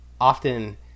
often